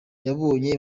yabonye